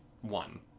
One